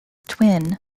twin